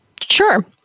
Sure